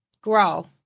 Grow